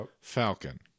Falcon